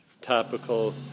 topical